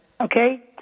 okay